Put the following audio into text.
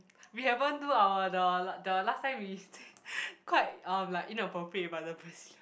we haven't do our the the last time we say quite um like inappropriate about the brazilian